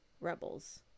Rebels